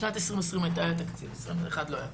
בשנת 2020, היה תקציב, 2021, לא היה.